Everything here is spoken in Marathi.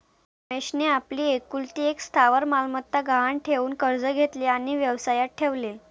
रमेशने आपली एकुलती एक स्थावर मालमत्ता गहाण ठेवून कर्ज घेतले आणि व्यवसायात ठेवले